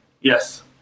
Yes